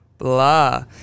Blah